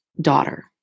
daughter